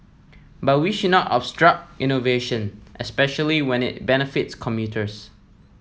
but we should not obstruct innovation especially when it benefits commuters